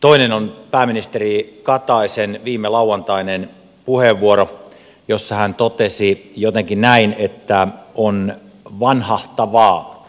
toinen on pääministeri kataisen viimelauantainen puheenvuoro jossa hän totesi jotenkin näin että on vanhahtavaa